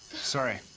sorry.